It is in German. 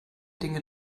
dinge